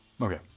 okay